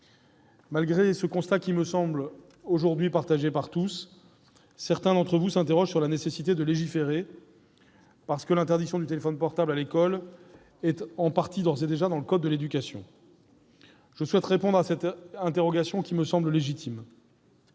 Ce constat me semble aujourd'hui partagé par tous ; certains d'entre vous s'interrogent toutefois sur la nécessité de légiférer, au motif que l'interdiction du téléphone portable à l'école est d'ores et déjà en partie dans le code de l'éducation. Je souhaite répondre à cette interrogation, qui me paraît légitime.